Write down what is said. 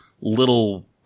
little